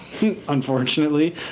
unfortunately